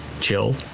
chill